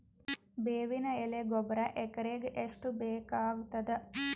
ಬೇವಿನ ಎಲೆ ಗೊಬರಾ ಎಕರೆಗ್ ಎಷ್ಟು ಬೇಕಗತಾದ?